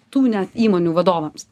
tų net įmonių vadovams